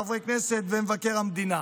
חברי הכנסת ומבקר המדינה.